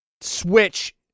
Switch